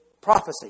prophecy